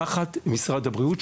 תחת משרד הבריאות,